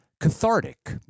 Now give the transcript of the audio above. cathartic